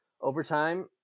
overtime